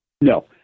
No